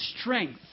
strength